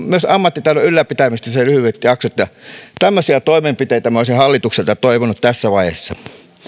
myös ammattitaidon ylläpitämisestä ne lyhyet jaksot ovat myös ammattitaidon ylläpitämistä tämmöisiä toimenpiteitä minä olisin hallitukselta toivonut tässä vaiheessa